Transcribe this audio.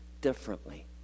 differently